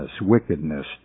wickedness